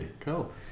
Cool